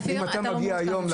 אופיר, אתה לא מעודכן.